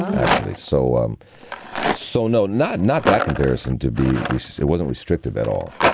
actually, so. um so, no, not not that comparison to be. it wasn't restrictive at all.